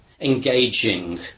engaging